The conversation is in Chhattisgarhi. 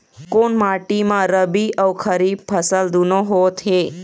कोन माटी म रबी अऊ खरीफ फसल दूनों होत हे?